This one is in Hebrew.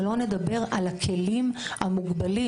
שלא נדבר על הכלים המוגבלים,